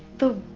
the